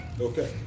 Okay